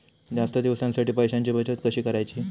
जास्त दिवसांसाठी पैशांची बचत कशी करायची?